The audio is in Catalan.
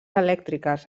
elèctriques